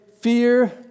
fear